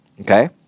okay